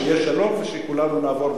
ושיהיה שלום ושכולנו נעבור,